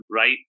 right